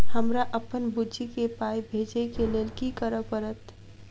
हमरा अप्पन बुची केँ पाई भेजइ केँ लेल की करऽ पड़त?